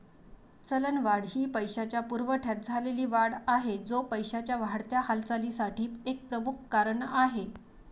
चलनवाढ ही पैशाच्या पुरवठ्यात झालेली वाढ आहे, जो पैशाच्या वाढत्या हालचालीसाठी एक प्रमुख कारण आहे